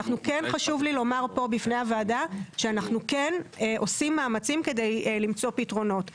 חשוב לי לומר פה בפני הוועדה שאנחנו כן עושים מאמצים כדי למצוא פתרונות.